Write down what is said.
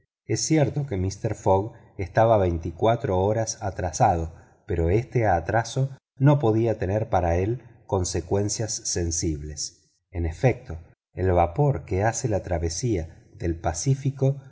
es cierto que mister fogg estaba veinticuatro horas atrasado pero este atraso no podía tener para él consecuencias sensibles en efecto el vapor que hace la travesía del pacífico